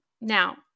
Now